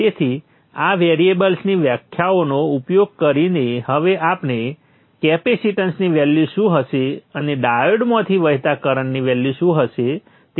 તેથી આ વેરિએબલ્સની વ્યાખ્યાઓનો ઉપયોગ કરીને હવે આપણે કેપેસીટન્સની વેલ્યુ શું હશે અને ડાયોડ્સમાંથી વહેતા કરંટની વેલ્યુ શું હશે તેની ગણતરી કરીશું